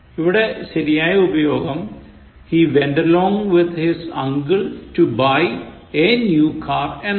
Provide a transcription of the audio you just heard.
ഇവിടെ ശരിയായ് ഉപയോഗം He went along with his uncle to buy a new car എന്നാണ്